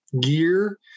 gear